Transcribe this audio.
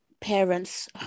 parents